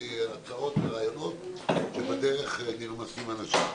הצעות ורעיונות שבדרך נרמסים אנשים.